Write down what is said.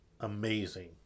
amazing